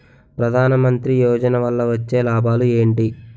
ప్రధాన మంత్రి యోజన వల్ల వచ్చే లాభాలు ఎంటి?